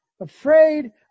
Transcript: afraid